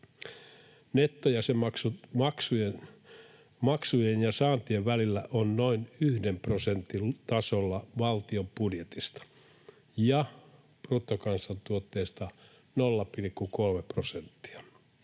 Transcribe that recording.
Nettojäsenmaksujen ja saantien väli on noin yhden prosentin tasolla valtion budjetista ja bruttokansantuotteesta 0,3 prosenttia.